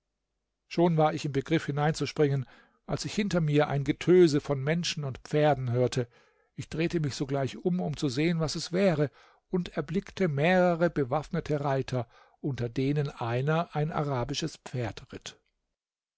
schon war ich im begriff hineinzuspringen als ich hinter mir ein großes getöse von menschen und pferden hörte ich drehte mich sogleich um um zu sehen was es wäre und erblickte mehrere bewaffnete reiter unter denen einer ein arabisches pferd ritt